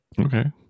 Okay